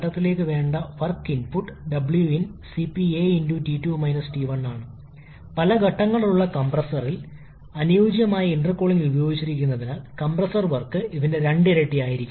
point B മുതൽ point D വരെ കംപ്രഷന്റെ രണ്ടാം ഘട്ടം നമ്മൾക്ക് ഉണ്ട് ഈ ഇന്റർകൂളിംഗിന്റെ ഫലമായി സംരക്ഷിച്ച ജോലിയെ പ്രതിനിധീകരിക്കുന്ന ഷേഡുള്ള ഏരിയ പിങ്ക് നിറത്തിൽ കാണാം